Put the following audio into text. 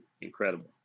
incredible